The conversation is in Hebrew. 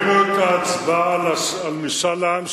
ראינו את ההצבעה על משאל עם,